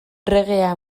reggae